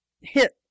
hit